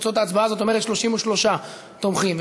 תוצאות ההצבעה: 31 תומכים,